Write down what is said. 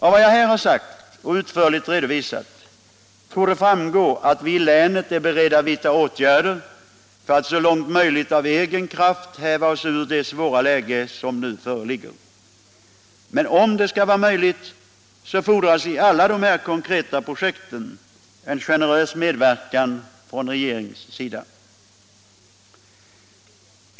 Av vad jag här utförligt redovisat torde framgå att vi i länet är beredda vidta åtgärder för att så långt möjligt av egen kraft häva oss ur det svåra läge som nu föreligger. Men om detta skall vara möjligt fordras i alla de konkreta projekten en generös medverkan från regeringens sida.